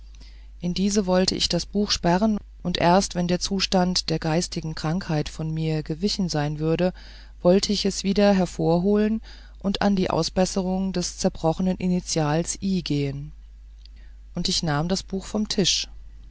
in diese wollte ich das buch sperren und erst wenn der zustand der geistigen krankheit von mir gewichen sein würde wollte ich es wieder hervorholen und an die ausbesserung des zerbrochenen initialen i gehen und ich nahm das buch vom tisch